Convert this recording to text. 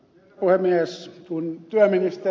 herra puhemies